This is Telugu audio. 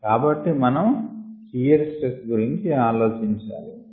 కాబట్టి మనము షియర్ స్ట్రెస్ గురించి ఆలోచించాలి